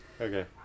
Okay